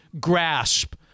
grasp